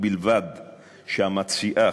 ובלבד שהמציעה,